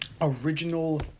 original